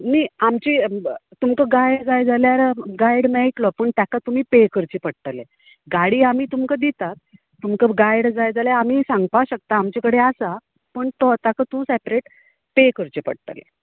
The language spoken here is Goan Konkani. नी आमची तुमका गायड जाल्यार गायड मेयटलो पूण ताका तुमी पे करचें पडटलें गाडी आमी तुमकां दिता तुमका गायड जाय जाल्यार आमी सांगपाक शकतात आमचे कडेन आसा पण तो ताका तूं सेपरेट पे करचें पडटलें